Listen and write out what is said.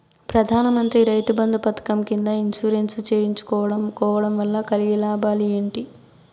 ప్రధాన మంత్రి రైతు బంధు పథకం కింద ఇన్సూరెన్సు చేయించుకోవడం కోవడం వల్ల కలిగే లాభాలు ఏంటి?